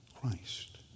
Christ